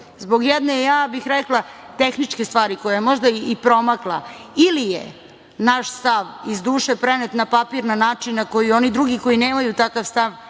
zbog jedne, ja bih rekla, tehničke stvari koja je možda i promakla, ili je naš stav iz duše prenet na papir na način na koji oni drugi koji nemaju takav stav,